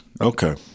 Okay